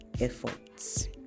efforts